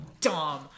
dumb